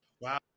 wow